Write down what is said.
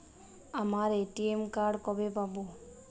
আমার ATM card কবে পাব?